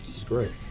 is great.